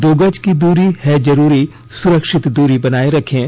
दो गज की दूरी है जरूरी सुरक्षित दूरी बनाए रखें